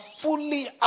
fully